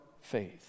faith